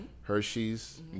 Hershey's